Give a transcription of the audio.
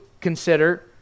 consider